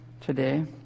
today